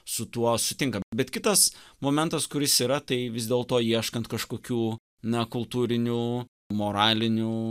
su tuo sutinka bet kitas momentas kuris yra tai vis dėl to ieškant kažkokių na kultūrinių moralinių